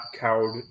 cowed